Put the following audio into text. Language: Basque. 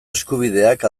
eskubideak